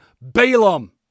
Balaam